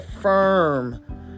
firm